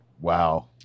wow